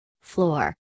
floor